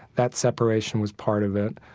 that separation was part of it.